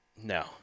No